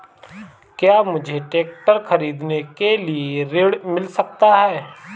क्या मुझे ट्रैक्टर खरीदने के लिए ऋण मिल सकता है?